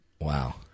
Wow